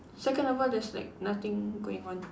second of all there's like nothing going on